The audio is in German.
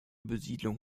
besiedlung